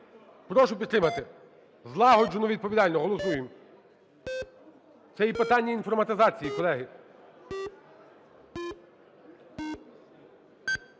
Прошу підтримати. Злагоджено і відповідально голосуємо. Це і питання інформатизації, колеги.